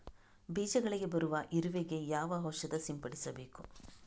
ಬೀಜಗಳಿಗೆ ಬರುವ ಇರುವೆ ಗೆ ಯಾವ ಔಷಧ ಸಿಂಪಡಿಸಬೇಕು?